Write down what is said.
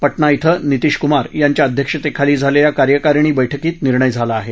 पटना क्षे नीतीश कुमार यांच्या अध्यक्षतेखाली झालेल्या कार्यकारिणी बैठकीत निर्णय झाला आहे